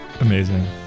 Amazing